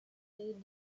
include